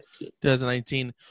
2019